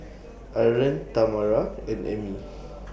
Arlen Tamara and Emmie